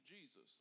Jesus